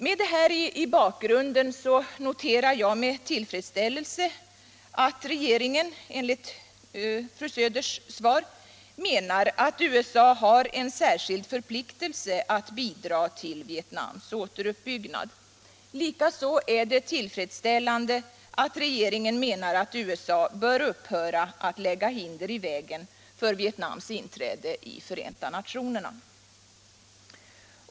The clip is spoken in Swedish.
Mot denna bakgrund noterar jag med tillfredsställelse att regeringen enligt fru Söders svar menar att USA har en särskild förpliktelse att bidra till Vietnams återuppbyggnad. Likaså är det tillfredsställande att regeringen menar att USA bör upphöra att lägga hinder i vägen för Vietnams inträde i Förenta nationerna.